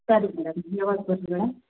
ಸರಿ ಮೇಡಮ್ ಯಾವಾಗ ಬರಲಿ ಮೇಡಮ್